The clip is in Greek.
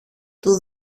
του